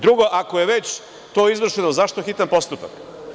Drugo, ako je to izvršeno zašto je hitan postupak?